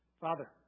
Father